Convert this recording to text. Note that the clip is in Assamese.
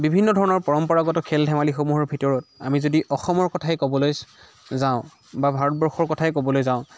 বিভিন্ন ধৰণৰ পৰম্পৰাগত খেল ধেমালিসমূহৰ ভিতৰত আমি যদি অসমৰ কথাই ক'বলৈ যাওঁ বা ভাৰতবৰ্ষৰ কথাই ক'বলৈ যাওঁ